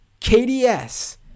KDS